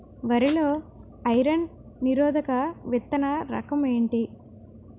వరి లో ఐరన్ నిరోధక విత్తన రకం ఏంటి?